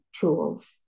tools